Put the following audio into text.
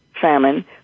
famine